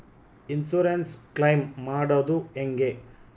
Insurance claim ಮಾಡದು ಹೆಂಗೆ?